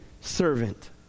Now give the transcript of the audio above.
servant